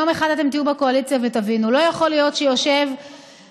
יום אחד אתם תהיו בקואליציה ותבינו: לא יכול להיות שיושב נציג,